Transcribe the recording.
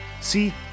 See